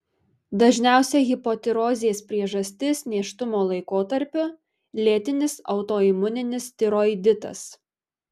dažniausia hipotirozės priežastis nėštumo laikotarpiu lėtinis autoimuninis tiroiditas